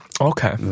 Okay